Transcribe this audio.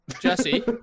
Jesse